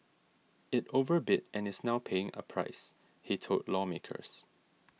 it overbid and is now paying a price he told lawmakers